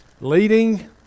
leading